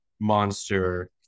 monster